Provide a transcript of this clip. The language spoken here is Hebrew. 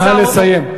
נא לסיים.